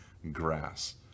grass